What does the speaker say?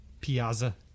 Piazza